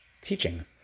teaching